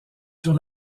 sur